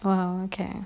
!wah! okay